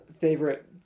favorite